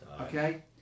Okay